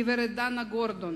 גברת דנה גורדון,